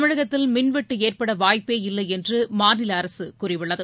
தமிழகத்தில் மின்வெட்டு ஏற்பட வாய்ப்பே இல்லை என்று மாநில அரசு கூறியுள்ளது